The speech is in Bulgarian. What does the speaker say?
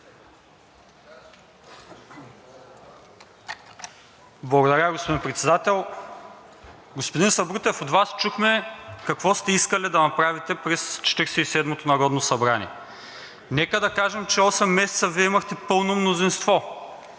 Благодаря, господин Председател. Господин Сабрутев, от Вас чухме какво сте искали да направите през Четиридесет и седмото народно събрание. Нека да кажем, че осем месеца Вие имахте пълно мнозинство